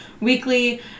weekly